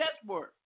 chessboard